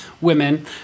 women